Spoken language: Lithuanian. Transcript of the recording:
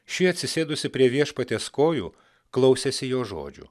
ši atsisėdusi prie viešpaties kojų klausėsi jo žodžių